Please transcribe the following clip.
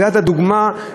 זו הדוגמה,